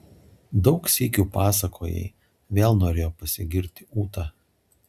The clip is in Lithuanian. daug sykių pasakojai vėl norėjo pasigirti ūta